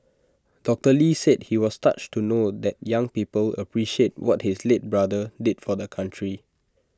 doctor lee said he was touched to know that young people appreciate what his late brother did for the country